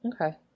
Okay